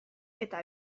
eta